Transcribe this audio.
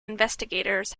investigators